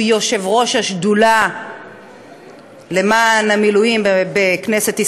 שהוא יושב-ראש השדולה למען המילואים בכנסת ישראל,